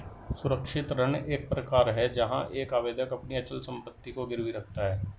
सुरक्षित ऋण एक प्रकार है जहां एक आवेदक अपनी अचल संपत्ति को गिरवी रखता है